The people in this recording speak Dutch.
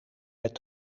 met